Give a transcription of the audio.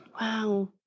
Wow